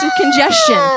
congestion